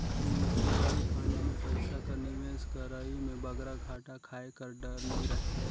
mutual fund में पइसा कर निवेस करई में बगरा घाटा खाए कर डर नी रहें